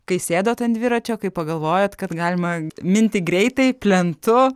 kai sėdot ant dviračio kai pagalvojot kad galima minti greitai plentu